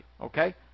okay